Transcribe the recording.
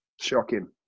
shocking